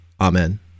Amen